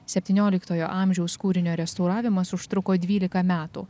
septynioliktojo amžiaus kūrinio restauravimas užtruko dvylika metų